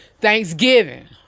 thanksgiving